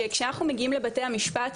שכשאנחנו מגיעים לבתי המשפט,